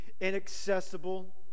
inaccessible